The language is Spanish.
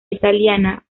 italiana